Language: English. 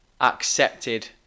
accepted